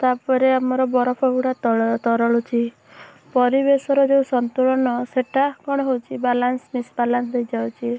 ତା'ପରେ ଆମର ବରଫଗୁଡ଼ା ତଳ ତରଳୁଛି ପରିବେଶର ଯୋଉ ସନ୍ତୁଳନ ସେଟା କଣ ହେଉଛି ବାଲାନ୍ସ ମିସ୍ବାଲାନ୍ସ ହେଇଯାଉଛି